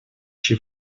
чьи